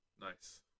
Nice